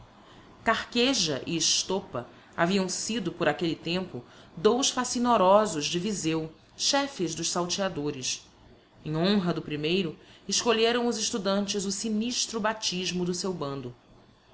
carqueja e estopa haviam sido por aquelle tempo dous facinorosos de vizeu chefes dos salteadores em honra do primeiro escolheram os estudantes o sinistro baptismo do seu bando